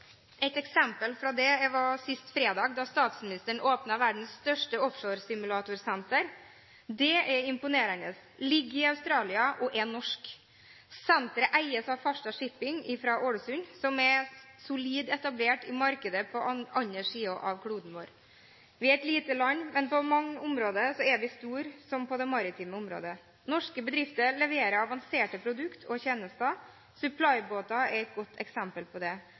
Et eksempel på dette var sist fredag da statsministeren åpnet verdens største offshore simulatorsenter. Det er imponerende – ligger i Australia og er norsk. Senteret eies av Farstad Shipping fra Ålesund, som er solid etablert i markedet på den andre siden av kloden. Vi er et lite land, men på mange områder er vi store, som på det maritime området. Norske bedrifter leverer avanserte produkter og tjenester. Supplybåter er et godt eksempel på det.